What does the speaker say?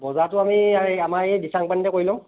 বজাৰটো আমি আমাৰ এই দিচাং পানীতে কৰি লওঁ